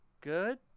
good